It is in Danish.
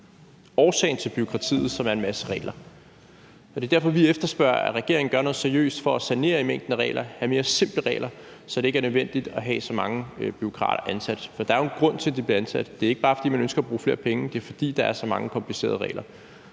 årsagen til bureaukratiet, som er en masse regler. Det er derfor, vi efterspørger, at regeringen gør noget seriøst for at sanere i mængden af regler, have mere simple regler, så det ikke er nødvendigt at have så mange bureaukrater ansat. Der er jo en grund til, de bliver ansat. Det er ikke, bare fordi man ønsker at bruge flere penge; det er, fordi der er så mange komplicerede regler.